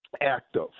active